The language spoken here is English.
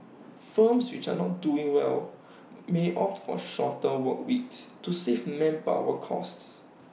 firms which are not doing well may opt for shorter work weeks to save manpower costs